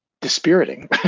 dispiriting